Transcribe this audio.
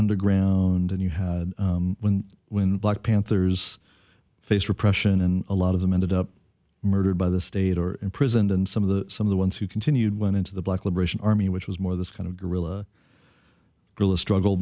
underground and you had when black panthers faced repression and a lot of them ended up murdered by the state or imprisoned and some of the some of the ones who continued went into the black liberation army which was more this kind of guerrilla rilla struggle